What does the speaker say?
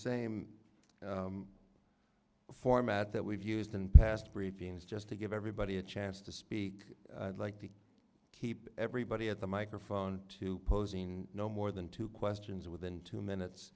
same format that we've used in past briefings just to give everybody a chance to speak like to keep everybody at the microphone to posing no more than two questions within two